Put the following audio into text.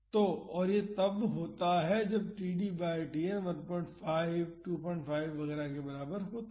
तो और यह तब होता है जब td बाई Tn 15 25 वगैरह के बराबर होता है